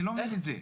אני לא מבין את זה.